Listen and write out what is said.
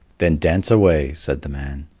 then dance away, said the man,